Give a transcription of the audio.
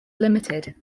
limited